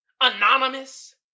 Anonymous